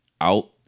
out